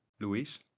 Luis